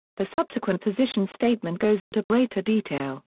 the subsequent position statement goes into greater detail.